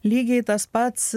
lygiai tas pats